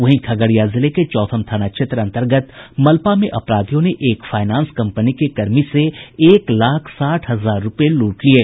वहीं खगड़िया जिले के चौथम थाना क्षेत्र अन्तर्गत मलपा में अपराधियों ने एक फायनांस कम्पनी के कर्मी से एक लाख साठ हजार रूपये लूट लिये